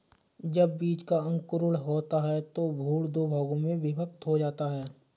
जब बीज का अंकुरण होता है तो भ्रूण दो भागों में विभक्त हो जाता है